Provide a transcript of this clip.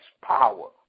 power